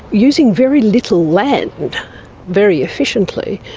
using very little land very efficiently,